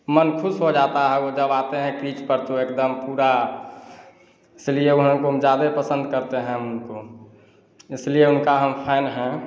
मन ख़ुश हो जाता है वह जब आते हैं क्रीच पर तो एकदम पूरा इसलिए वह हमको हम ज़्यादा पसन्द करते हैं हम उनको इसलिए हम उनका फ़ैन हैं